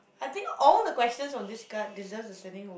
I think all the questions from this card deserves a standing o~